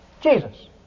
Jesus